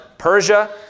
Persia